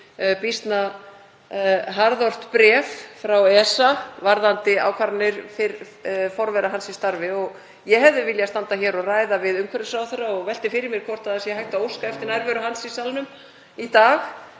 býsna harðort bréf frá ESA varðandi ákvarðanir forvera hans í starfi og ég hefði viljað standa hér og ræða við umhverfisráðherra. Ég velti því fyrir mér hvort það sé hægt að óska eftir nærveru hans í salnum í dag